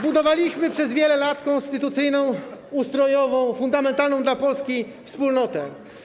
Budowaliśmy przez wiele lat konstytucyjną, ustrojową, fundamentalną dla Polski wspólnotę.